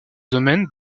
domaine